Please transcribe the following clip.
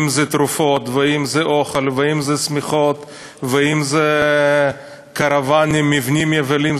אם תרופות ואם אוכל ואם שמיכות ואם קרוונים או מבנים יבילים,